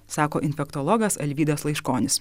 sako infektologas alvydas laiškonis